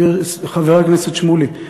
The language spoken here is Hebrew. חבר הכנסת שמולי,